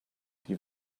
die